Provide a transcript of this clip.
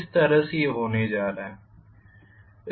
इस तरह से यह होने जा रहा है